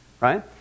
right